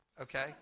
okay